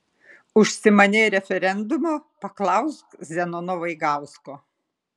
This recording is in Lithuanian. užsimanei referendumo paklausk zenono vaigausko